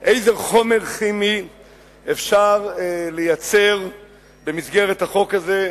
איזה חומר כימי אפשר לייצר במסגרת החוק הזה,